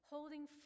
Holding